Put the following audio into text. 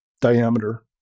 diameter